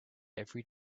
every